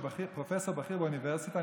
שפרופסור בכיר באוניברסיטה,